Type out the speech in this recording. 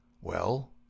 Well